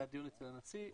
היה דיון אצל הנשיא.